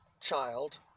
child